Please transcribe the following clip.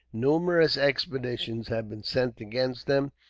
numerous expeditions have been sent against them,